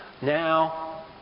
Now